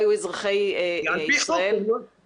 והייתה לו אזרחות ושירת בצבא והיה פנסיונר של הצבא.